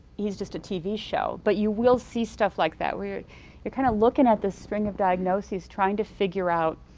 he's just a tv show but you will see stuff like that where you're kind of looking at this string of diagnoses trying to figure out,